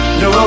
no